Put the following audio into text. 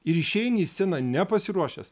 ir išeini į sceną nepasiruošęs